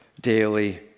daily